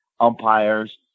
umpires